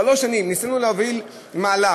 שלוש שנים ניסינו להוביל מהלך.